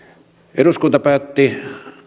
eduskunta päätti